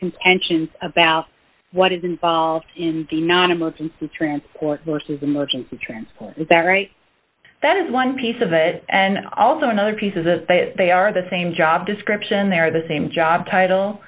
contentions about what is involved in the non emergency transport versus emergency transport that right that is one piece of it and also another piece is that they are the same job description they're the same job title